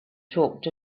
talked